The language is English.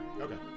okay